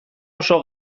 oso